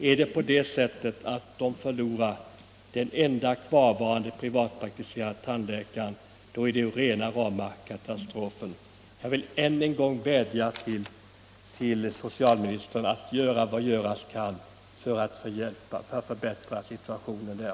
Är det på det sättet, att människorna där skall förlora den enda kvarvarande privatpraktiserande tandläkaren, blir det för dem rena rama katastrofen. Jag vill därför än en gång vädja till socialministern att göra vad som göras kan för att förbättra situationen där.